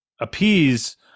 appease